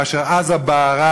כאשר עזה בערה,